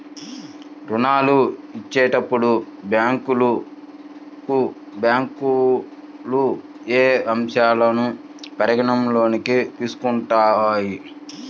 ఋణాలు ఇచ్చేటప్పుడు బ్యాంకులు ఏ అంశాలను పరిగణలోకి తీసుకుంటాయి?